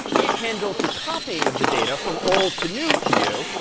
it handles the copying of the data from old to new to you.